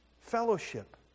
fellowship